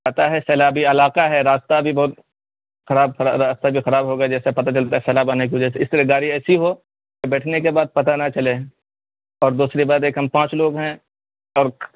پتا ہے سیلابی علاقہ ہے راستہ بھی بہت خراب راستہ بھی خراب ہوگا جیسے پتا چلتا ہے سیلاب آنے کی وجہ سے اس لیے گاڑی ایسی ہو کہ بیٹھنے کے بعد پتا نہ چلے اور دوسری بات یہ کہ ہم پانچ لوگ ہیں اور